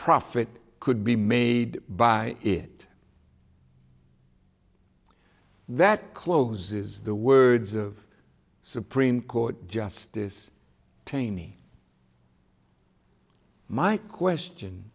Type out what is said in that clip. profit could be made by it that closes the words of supreme court justice taney my question